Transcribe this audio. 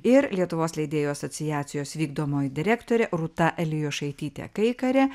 ir lietuvos leidėjų asociacijos vykdomoji direktorė rūta elijošaitytė kaikarė